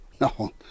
no